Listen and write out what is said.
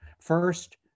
First